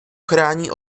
chrání